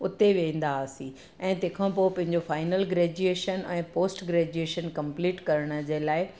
उते वेंदा हुआसीं ऐं तंहिंखां पोइ पंहिंजो फाइनल ग्रेजुएशन ऐं पोस्ट ग्रेजुएशन कम्पलीट करण जे लाइ